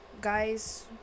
guys